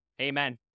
Amen